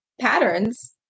patterns